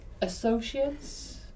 associates